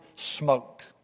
smoked